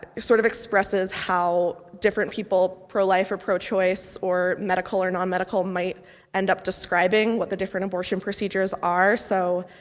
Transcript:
sort of expresses how different people, pro-life or pro-choice, or medical or non-medical, might end up describing what the different abortion procedures are. so,